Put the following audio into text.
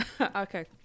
Okay